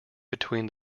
between